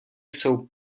jsou